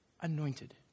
anointed